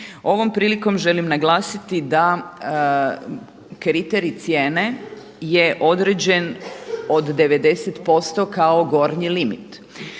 Ovom prilikom želim naglasiti da kriterij cijene je određen od 90% kao gornji limit